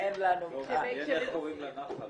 אני לא יודעת חברת הכנסת מיכל,